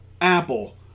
Apple